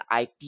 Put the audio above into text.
IP